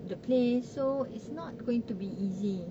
the place so it's not going to be easy